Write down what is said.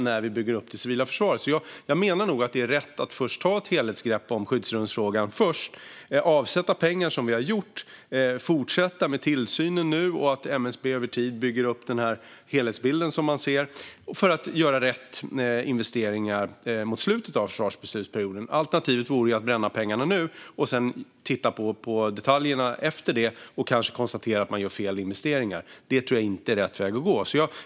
Jag menar alltså att det nog är rätt att först ta ett helhetsgrepp om skyddsrumsfrågan, att avsätta pengar som vi har gjort och att fortsätta med tillsynen samt att MSB över tid bygger upp en helhetsbild, för att mot slutet av försvarsbeslutsperioden göra rätt investeringar. Alternativet vore att bränna pengarna nu, sedan titta på detaljerna och kanske konstatera att man gör fel investeringar. Det tror jag inte är rätt väg att gå.